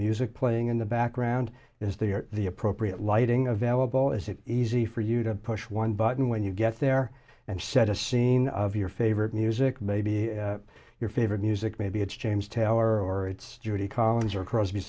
music playing in the background is there the appropriate lighting available is it easy for you to push one button when you get there and set a scene of your favorite music maybe your favorite music maybe it's james taylor or it's judy collins or crosby